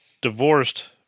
divorced